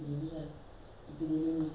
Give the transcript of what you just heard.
ma எனக்கு:enaku exam இருக்கு:irukku ma